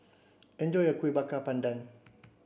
enjoy your Kuih Bakar Pandan